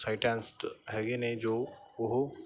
scientist ਹੈਗੇ ਨੇ ਜੋ ਉਹ